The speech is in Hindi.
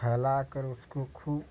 फैला कर उसको खूब